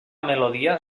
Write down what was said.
melodia